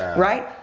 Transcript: right?